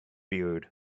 beard